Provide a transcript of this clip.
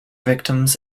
victims